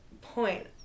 point